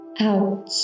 out